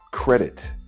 credit